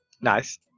Nice